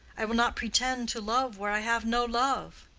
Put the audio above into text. i will not pretend to love where i have no love.